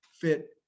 fit